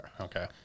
okay